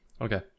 okay